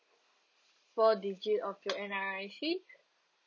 four digit of your N_R_I_C